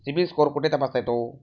CIBIL score कुठे तपासता येतो?